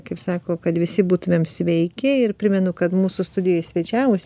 kaip sako kad visi būtumėm sveiki ir primenu kad mūsų studijoj svečiavosi